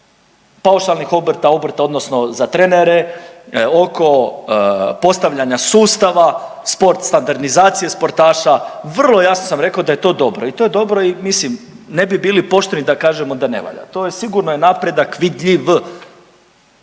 oko paušalnih obrta, obrta odnosno za trenere oko postavljanja sustava sport, standardizacije sportaša vrlo jasno sam rekao da je to dobro. I to je dobro i mislim ne bi bili pošteni da kažemo da ne valja. To je sigurno je napredak vidljiv